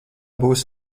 būs